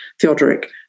Theodoric